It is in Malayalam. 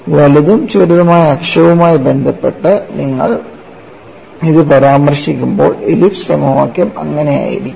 വലുതും ചെറുതുമായ അക്ഷവുമായി ബന്ധപ്പെട്ട് നിങ്ങൾ ഇത് പരാമർശിക്കുമ്പോൾ എലിപ്സ് സമവാക്യം അങ്ങനെയായിരിക്കും